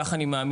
כך אני מאמין.